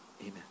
Amen